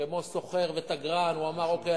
כמו סוחר ותגרן הוא אמר: אוקיי,